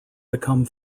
become